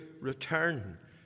return